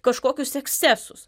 kažkokius ekscesus